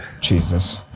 Jesus